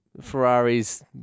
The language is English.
Ferrari's